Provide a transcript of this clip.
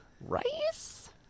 Rice